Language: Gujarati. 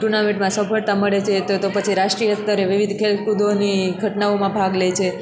ટુર્નામેંટમાં સફળતા મળે છે તો તો પછી રાષ્ટ્રિય સ્તરે વિવિધ ખેલકૂદોની ઘટનાઓમાં ભાગ લે છે